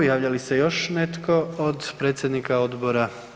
Javlja li se još netko od predsjednika odbora?